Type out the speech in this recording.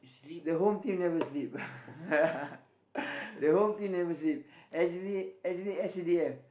the Home-Team never sleep the Home-Team never sleep actually actually S_C_D_F